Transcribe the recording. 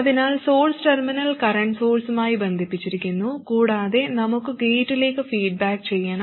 അതിനാൽ source terminal current സോഴ്സുമായി ബന്ധിപ്പിച്ചിരിക്കുന്നു കൂടാതെ നമുക്ക് ഗേറ്റിലേക്ക് ഫീഡ്ബാക്ക് ചെയ്യണം